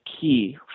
key